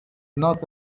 not